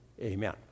Amen